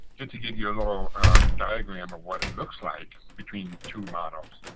and to give you a little diagram of what it looks like between two models.